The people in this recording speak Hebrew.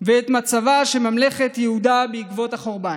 ואת מצבה של ממלכת יהודה בעקבות החורבן.